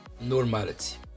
normality